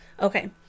Okay